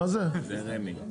ברמ"י.